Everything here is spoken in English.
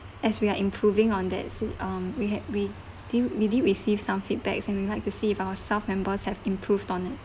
as we are improving on that um we had we did we did receive some feedbacks and we like to see if our staff members have improved on it